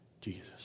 Jesus